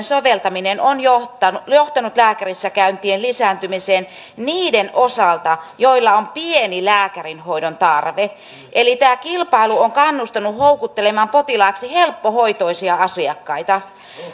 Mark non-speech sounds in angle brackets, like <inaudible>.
<unintelligible> soveltaminen on johtanut lääkärissä käyntien lisääntymiseen niiden osalta joilla on pieni lääkärihoidon tarve eli tämä kilpailu on kannustanut houkuttelemaan potilaaksi helppohoitoisia asiakkaita